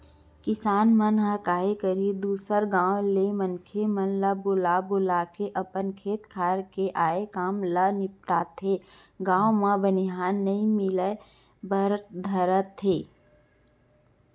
किसान मन ह काय करही दूसर गाँव के मनखे मन ल बुला बुलाके अपन खेत खार के आय काम ल निपटाथे, गाँव म बनिहार नइ मिले बर धरय त